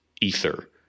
ether